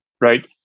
right